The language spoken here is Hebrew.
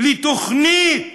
לתוכנית